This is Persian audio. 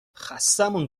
خستهمون